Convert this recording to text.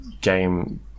game